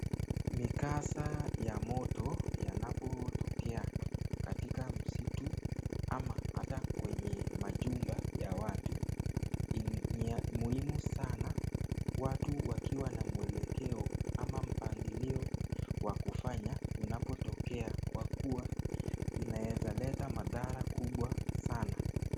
Mikasa ya moto yanapotokea katika msitu ama hata kwenye majumba ya watu, ni ya muhimu sanaa watu wakiwa na muelekeo ama mpangilio wa kufanya unapotokea kwa kua inaweza leta madhara kubwa sanaa.